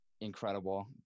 incredible